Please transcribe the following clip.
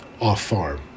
off-farm